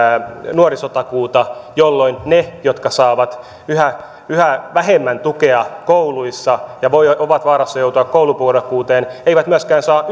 nuorisotakuuta jolloin ne jotka saavat yhä yhä vähemmän tukea kouluissa ja ovat vaarassa joutua koulupudokkuuteen eivät myöskään saa